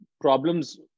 problems